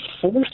force